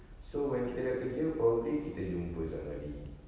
so when kita dah kerja probably kita jumpa somebody